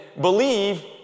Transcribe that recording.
believe